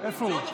מה זה לא נוכח?